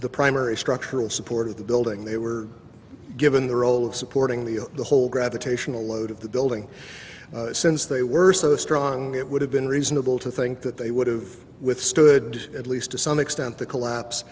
the primary structural support of the building they were given the role of supporting the the whole gravitational load of the building since they were so strong it would have been reasonable to think that they would have withstood at least to some extent the collapse